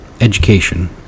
education